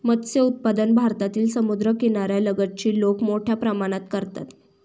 मत्स्य उत्पादन भारतातील समुद्रकिनाऱ्या लगतची लोक मोठ्या प्रमाणात करतात